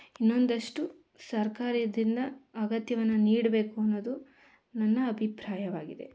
ಇನ್ನೊಂದಷ್ಟು ಸರ್ಕಾರದಿಂದ ಅಗತ್ಯವನ್ನು ನೀಡಬೇಕು ಅನ್ನೋದು ನನ್ನ ಅಭಿಪ್ರಾಯವಾಗಿದೆ